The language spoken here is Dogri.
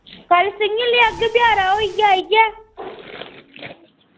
कल संझलै औगे बजारे दा होइयै आइयै